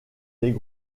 les